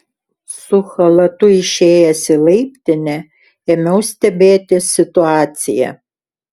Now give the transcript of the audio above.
su chalatu išėjęs į laiptinę ėmiau stebėti situaciją